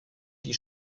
die